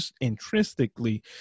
intrinsically